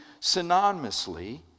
synonymously